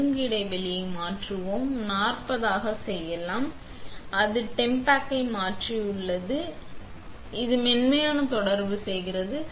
ஒழுங்குமுறை இடைவெளியை மாற்றுவோம் 40 ஐச் செய்யலாம் அது டெம்பெக்கை மாற்றியுள்ளது இது மென்மையான தொடர்பு செய்கிறது